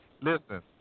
Listen